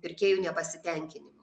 pirkėjų nepasitenkinimo